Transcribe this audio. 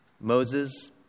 Moses